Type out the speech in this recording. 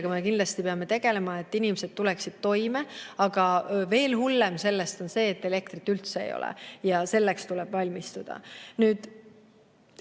me kindlasti peame tegelema, et inimesed tuleksid toime. Aga veel hullem sellest on see, et elektrit üldse ei ole, ja selleks tuleb valmistuda.